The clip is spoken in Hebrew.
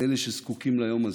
אלה שזקוקים ליום הזה,